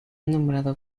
nombrado